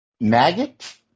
Maggot